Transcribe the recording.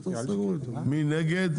מי נגד?